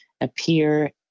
appear